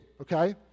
okay